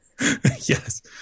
Yes